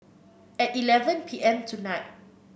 at eleven P M tonight